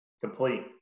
complete